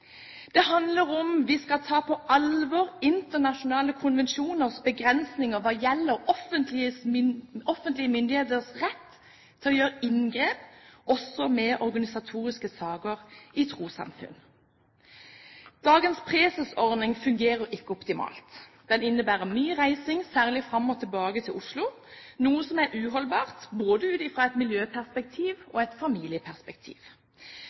det handler om vi skal ta på alvor internasjonale konvensjoners begrensninger hva gjelder offentlige myndigheters rett til å gjøre inngrep også i organisatoriske saker i trossamfunn. Dagens presesordning fungerer ikke optimalt. Den innebærer mye reising, særlig fram og tilbake til Oslo, noe som er uholdbart både ut fra et miljøperspektiv